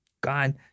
God